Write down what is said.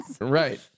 right